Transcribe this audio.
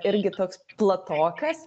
irgi toks platokas